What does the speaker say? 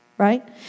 right